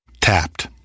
Tapped